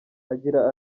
agira